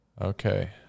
Okay